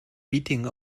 beating